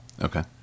Okay